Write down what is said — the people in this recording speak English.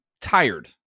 tired